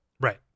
right